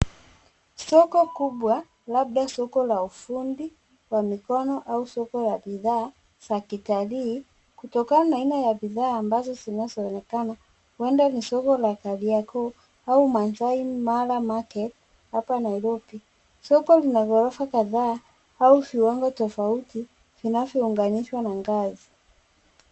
Soko kubwa, labda soko la ufundi wa mikono au soko ya bidhaa za kitalii, kutokana na aina ya bidhaa ambazo zinazoonekana. Huenda ni soko la Kariakor au Maasai Mara Market hapa Nairobi. Soko lina ghorofa kadhaa au viwango tofauti vinavyounganishwa na ngazi.